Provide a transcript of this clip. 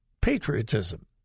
patriotism